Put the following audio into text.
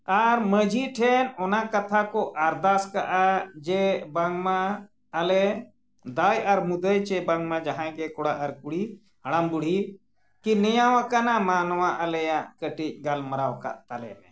ᱟᱨ ᱢᱟᱺᱡᱷᱤ ᱴᱷᱮᱱ ᱚᱱᱟ ᱠᱟᱛᱷᱟ ᱠᱚ ᱟᱨᱫᱟᱥ ᱠᱟᱜᱼᱟ ᱡᱮ ᱵᱟᱝᱢᱟ ᱟᱞᱮ ᱫᱟᱭ ᱟᱨ ᱢᱩᱫᱟᱹᱭ ᱥᱮ ᱵᱟᱝᱢᱟ ᱡᱟᱦᱟᱸᱭ ᱜᱮ ᱠᱚᱲᱟ ᱟᱨ ᱠᱩᱲᱤ ᱦᱟᱲᱟᱢ ᱵᱩᱲᱦᱤ ᱠᱤ ᱱᱮᱭᱟᱣᱟᱠᱟᱱᱟ ᱢᱟ ᱱᱚᱣᱟ ᱟᱞᱮᱭᱟᱜ ᱠᱟᱹᱴᱤᱡ ᱜᱟᱞᱢᱟᱨᱟᱣ ᱠᱟᱜ ᱛᱟᱞᱮᱢᱮ